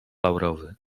laurowy